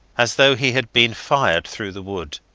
as though he had been fired through the wood.